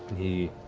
he